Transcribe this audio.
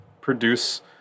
produce